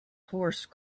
horse